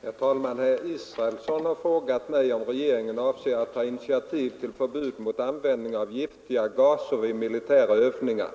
Herr talman! Herr Israelsson har frågat mig om regeringen avser att ta initiativ till förbud mot användning av giftiga gaser vid militära övningar.